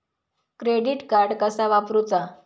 Credit card कसा वापरूचा?